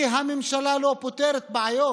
כי הממשלה לא פותרת בעיות.